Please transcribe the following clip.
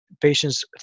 patients